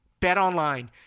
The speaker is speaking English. BetOnline